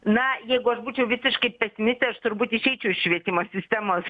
na jeigu aš būčiau visiškai pesimistė aš turbūt išeičiau iš švietimo sistemos